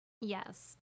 Yes